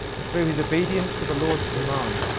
and through his obedience to the lord's command,